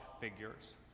figures